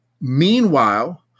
Meanwhile